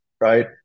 right